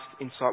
insight